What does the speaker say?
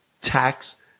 tax